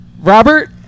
Robert